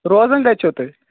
روزان کَتہِ چِھو تُہُۍ